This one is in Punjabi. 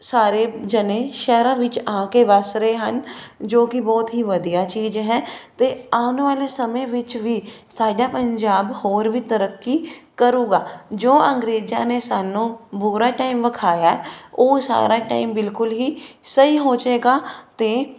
ਸਾਰੇ ਜਾਣੇ ਸ਼ਹਿਰਾਂ ਵਿੱਚ ਆ ਕੇ ਵੱਸ ਰਹੇ ਹਨ ਜੋ ਕਿ ਬਹੁਤ ਹੀ ਵਧੀਆ ਚੀਜ਼ ਹੈ ਅਤੇ ਆਉਣ ਵਾਲੇ ਸਮੇਂ ਵਿੱਚ ਵੀ ਸਾਡਾ ਪੰਜਾਬ ਹੋਰ ਵੀ ਤਰੱਕੀ ਕਰੇਗਾ ਜੋ ਅੰਗਰੇਜ਼ਾਂ ਨੇ ਸਾਨੂੰ ਬੁਰਾ ਟਾਈਮ ਵਿਖਾਇਆ ਹੈ ਉਹ ਸਾਰਾ ਟਾਈਮ ਬਿਲਕੁਲ ਹੀ ਸਹੀ ਹੋ ਜਾਵੇਗਾ ਅਤੇ